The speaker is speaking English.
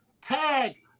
Tag